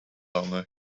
longer